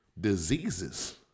diseases